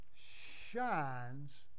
shines